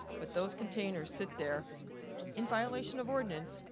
but those containers sit there in violation of ordinance,